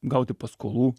gauti paskolų